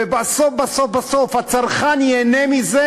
ובסוף בסוף בסוף הצרכן ייהנה מזה,